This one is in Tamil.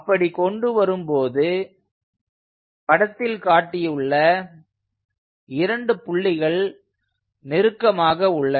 அப்படி கொண்டு வரும்போது படத்தில் காட்டியுள்ள இரண்டு புள்ளிகள் நெருக்கமாக உள்ளன